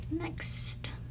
Next